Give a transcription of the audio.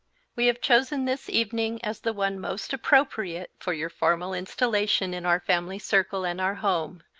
we have chosen this evening as the one most appropriate for your formal installation in our family circle and our home.